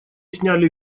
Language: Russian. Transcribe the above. сняли